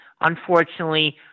unfortunately